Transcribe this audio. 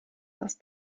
dass